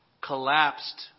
collapsed